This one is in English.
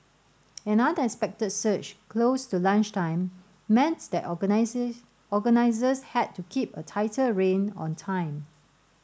an unexpected surge close to lunchtime meant that organisers had to keep a tighter rein on time